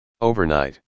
Overnight